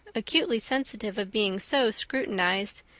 acutely sensitive of being so scrutinized,